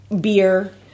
beer